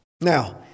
Now